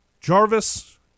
Jarvis